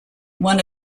one